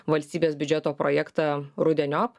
valstybės biudžeto projektą rudeniop